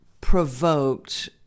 provoked